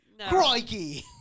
Crikey